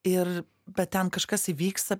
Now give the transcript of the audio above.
ir bet ten kažkas įvyksta